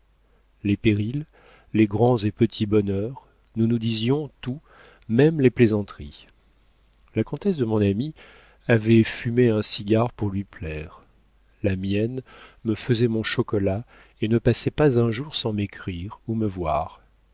les périls les grands et petits bonheurs nous nous disions tout même les plaisanteries la comtesse de mon ami avait fumé un cigare pour lui plaire la mienne me faisait mon chocolat et ne passait pas un jour sans m'écrire ou me voir